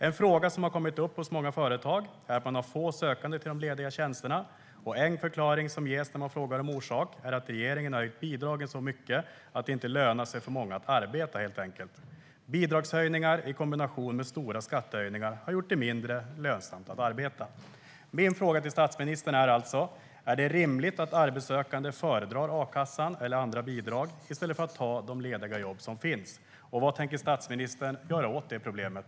En fråga som har kommit upp hos många företag är att man har få sökande till de lediga tjänsterna. En förklaring som ges när man frågar om orsaken är att regeringen har höjt bidragen så mycket att det för många inte lönar sig att arbeta, helt enkelt. Bidragshöjningar i kombination med stora skattehöjningar har gjort det mindre lönsamt att arbeta. Min fråga till statsministern är alltså: Är det rimligt att arbetssökande föredrar a-kassan eller andra bidrag i stället för att ta de lediga jobb som finns, och vad tänker i så fall statsministern göra åt det problemet?